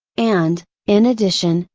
and, in addition,